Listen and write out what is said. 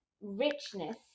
richness